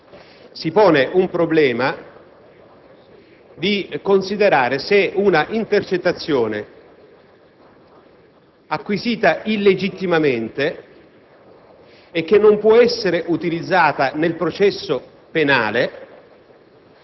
si pone il problema di considerare se una intercettazione acquisita illegittimamente e che non può essere utilizzata nel processo penale,